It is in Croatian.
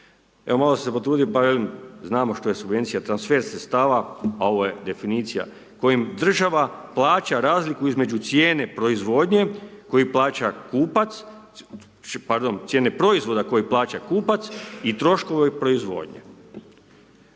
Evo malo sam se potrudio pa velim, znamo što je subvencija, transfer sredstava a ovo je definicija kojim država plaća razliku između cijene proizvodnje, koji plaća kupac, pardon cijene proizvoda